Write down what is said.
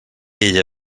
ella